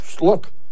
look